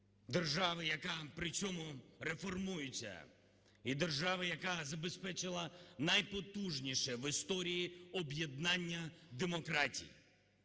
держави, яка при цьому реформується і держави, яка забезпечила найпотужніше в історії об'єднання демократій,